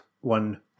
one